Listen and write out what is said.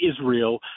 Israel